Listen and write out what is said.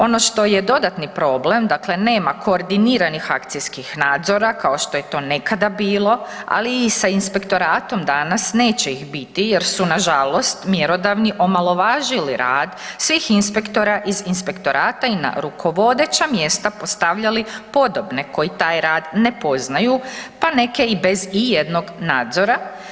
Ono što je dodatni problem dakle nema koordiniranih akcijskih nadzora kao što je to nekada bilo, ali i sa inspektoratom danas neće ih biti jer su nažalost mjerodavni omalovažili rad svih inspektora iz inspektorata i na rukovodeća mjesta postavljali podobne koji taj rad ne poznaju, pa neke i bez ijednog nadzora.